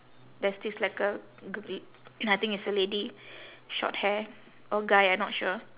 there's this like a g~ I think it's a lady short hair or guy I'm not sure